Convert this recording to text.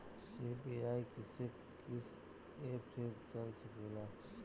UPI किस्से कीस app से चल सकेला?